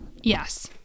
Yes